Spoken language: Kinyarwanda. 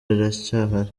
iracyahari